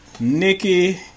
Nikki